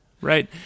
right